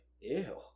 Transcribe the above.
ew